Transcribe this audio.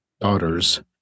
daughters